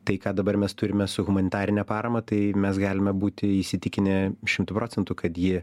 tai ką dabar mes turime su humanitarine parama tai mes galime būti įsitikinę šimtu procentų kad ji